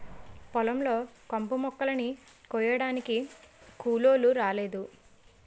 పొలం లో కంపుమొక్కలని కొయ్యడానికి కూలోలు రాలేదు